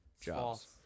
jobs